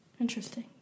Interesting